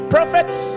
Prophets